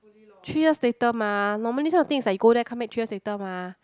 three years later mah normally this kind of thing is like you go there come back three years later mah